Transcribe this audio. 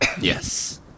Yes